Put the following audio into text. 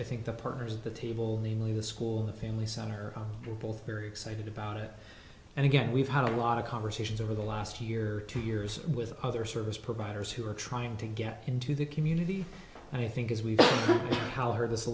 i think the partners at the table namely the school the family center are both very excited about it and again we've had a lot of conversations over the last year or two years with other service providers who are trying to get into the community and i think as we've how heard this a